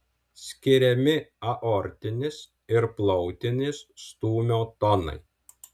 skiriami aortinis ir plautinis stūmio tonai